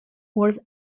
was